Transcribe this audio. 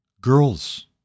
girls